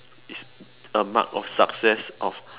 is a mark of success of